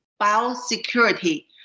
biosecurity